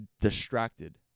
distracted